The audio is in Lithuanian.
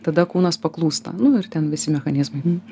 tada kūnas paklūsta nu ir ten visi mechanizmai